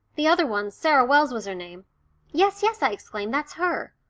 the other one sarah wells was her name yes, yes, i exclaimed, that's her.